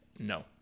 No